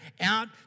out